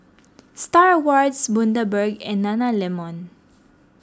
Star Awards Bundaberg and Nana Lemon